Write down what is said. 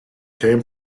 can